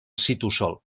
citosol